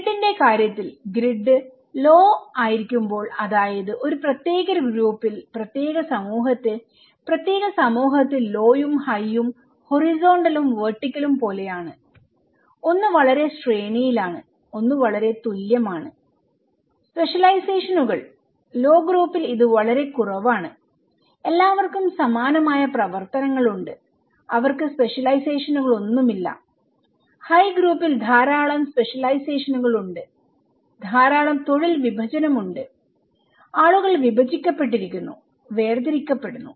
ഗ്രിഡിന്റെ കാര്യത്തിൽ grid low ആയിരിക്കുമ്പോൾ അതായത് ഒരു പ്രത്യേക ഗ്രൂപ്പിൽ പ്രത്യേക സമൂഹത്തിൽ പ്രത്യേക സമൂഹത്തിൽലോ യും ഹൈ യും ഹൊറിസോണ്ടലും വെർട്ടിക്കലും പോലെയാണ് ഒന്ന് വളരെ ശ്രേണിയിലാണ് ഒന്ന് വളരെ തുല്യമാണ് സ്പെഷ്യലൈസേഷനുകൾ ലോ ഗ്രൂപ്പിൽ ഇത് വളരെ കുറവാണ് എല്ലാവർക്കും സമാനമായ പ്രവർത്തനങ്ങളുണ്ട് അവർക്ക് സ്പെഷ്യലൈസേഷനുകളൊന്നുമില്ല ഹൈ ഗ്രൂപ്പിൽധാരാളം സ്പെഷ്യലൈസേഷനുകൾ ഉണ്ട് ധാരാളം തൊഴിൽ വിഭജനം ഉണ്ട് ആളുകൾ വിഭജിക്കപ്പെട്ടിരിക്കുന്നു വേർതിരിക്കപ്പെടുന്നു